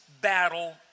battle